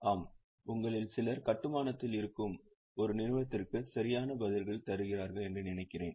ஆம் உங்களில் சிலர் கட்டுமானத்தில் இருக்கும் ஒரு நிறுவனத்திற்கு சரியான பதில்களைத் தருகிறீர்கள் என்று நினைக்கிறேன்